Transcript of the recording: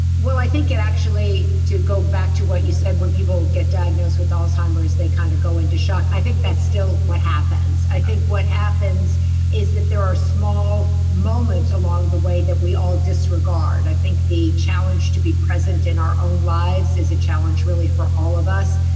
well, i think it actually. to go back to what you said when people get diagnosed with alzheimer's they kind of go into shock. i think that's still what happens. i think what happens is that there are small moments along the way that with all disregard. i think the challenge to be present in our own lives is a challenge really for all of us,